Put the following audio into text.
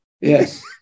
yes